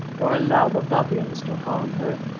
or allow the babyans to harm her.